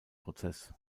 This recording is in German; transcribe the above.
prozess